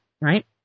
right